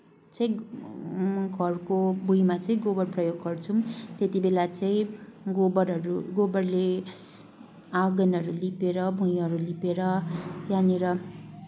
चाहिँ घरको भुइँमा चाहिँ गोबर प्रयोग गर्छौँ त्यतिबेला चाहिँ गोबरहरू गोबरले आँगनहरू लिपेर भुइँहरू लिपेर त्यहाँनिर